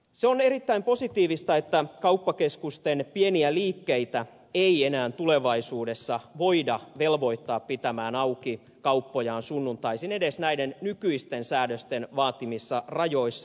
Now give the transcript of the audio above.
se on erittäin positiivista että kauppakeskusten pieniä liikkeitä ei enää tulevaisuudessa voida velvoittaa pitämään auki kauppojaan sunnuntaisin edes näiden nykyisten säädösten vaatimissa rajoissa